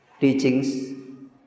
teachings